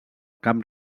camp